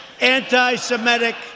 anti-Semitic